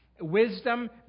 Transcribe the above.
Wisdom